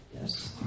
yes